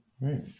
Right